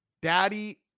Daddy